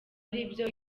aribyo